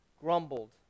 grumbled